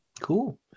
Cool